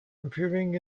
appearing